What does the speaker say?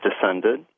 descended